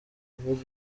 kuvuga